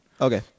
Okay